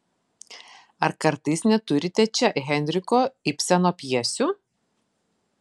ar kartais neturite čia henriko ibseno pjesių